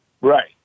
Right